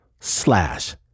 slash